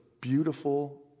beautiful